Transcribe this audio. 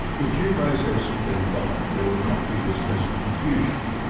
if due process had been followed, there would not be this present confusion.